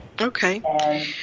Okay